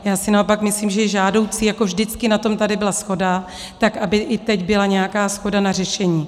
Já si naopak myslím, že je žádoucí, jako vždycky na tom tady byla shoda, tak aby i teď byla nějaká shoda na řešení.